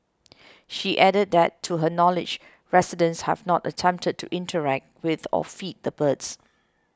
she added that to her knowledge residents have not attempted to interact with or feed the birds